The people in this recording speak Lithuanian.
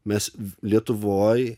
mes lietuvoj